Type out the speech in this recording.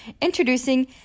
Introducing